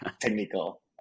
technical